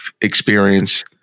experience